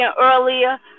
earlier